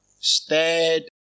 stead